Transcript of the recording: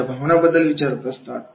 त्यांच्या भावनांबद्दल विचारत असते